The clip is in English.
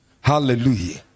Hallelujah